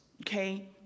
Okay